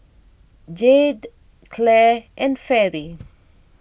Jayde Clare and Fairy